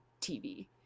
TV